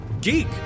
geek